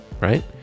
right